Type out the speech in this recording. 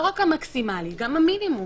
גם המינימום, לא רק המקסימלי.